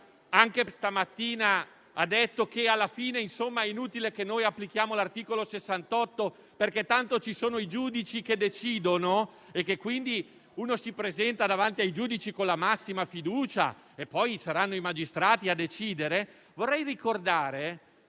anche stamattina, ha detto che alla fine è inutile che applichiamo l'articolo 68, perché tanto ci sono i giudici che decidono e che basta presentarsi davanti ai giudici con la massima fiducia e poi saranno i magistrati a decidere, che il